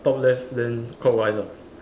top left then clockwise ah